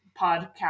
podcast